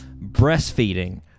breastfeeding